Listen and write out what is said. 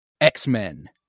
x-men